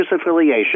affiliation